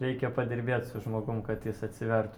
reikia padirbėt su žmogum kad jis atsivertų